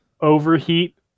overheat